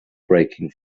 breaking